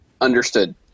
Understood